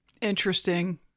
Interesting